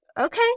okay